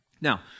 Now